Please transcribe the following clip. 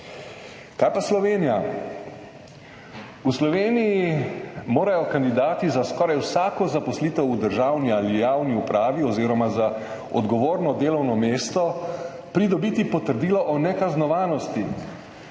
Kaj pa Slovenija? V Sloveniji morajo kandidati za skoraj vsako zaposlitev v državni ali javni upravi oziroma za odgovorno delovno mesto pridobiti potrdilo o nekaznovanosti,